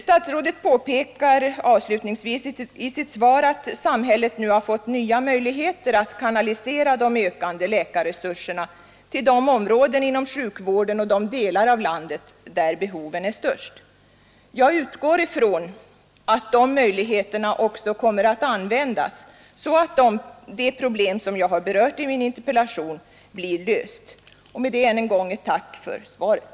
Statsrådet påpekar avslutningsvis i sitt svar att samhället nu har fått nya möjligheter att kanalisera de ökande läkarresurserna till de områden inom sjukvården och delar av landet där behoven är störst. Jag utgår från att dessa möjligheter också kommer att användas, så att det problem som jag har berört i min interpellation blir löst. Med detta uttalar jag än en gång ett tack för svaret.